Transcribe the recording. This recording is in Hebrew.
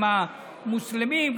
גם המוסלמים,